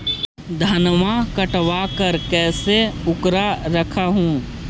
धनमा कटबाकार कैसे उकरा रख हू?